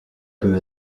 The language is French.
peut